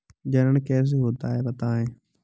जनन कैसे होता है बताएँ?